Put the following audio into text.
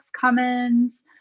Cummins